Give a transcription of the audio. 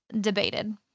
debated